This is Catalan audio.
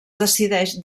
decideix